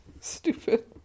Stupid